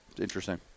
Interesting